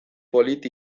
polit